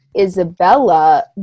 Isabella